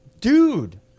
Dude